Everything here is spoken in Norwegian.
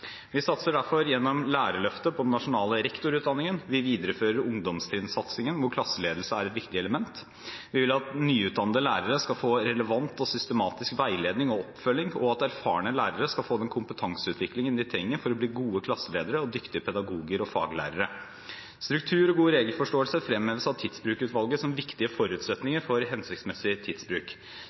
Vi satser derfor gjennom Lærerløftet på den nasjonale rektorutdanningen, vi viderefører ungdomstrinnsatsingen hvor klasseledelse er et viktig element, vi vil at nyutdannede lærere skal få relevant og systematisk veiledning og oppfølging, og at erfarne lærere skal få den kompetanseutviklingen de trenger for å bli gode klasseledere og dyktige pedagoger og faglærere. Struktur og god regelforståelse fremheves av Tidsbrukutvalget som viktige forutsetninger for hensiktsmessig tidsbruk.